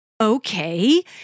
okay